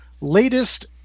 latest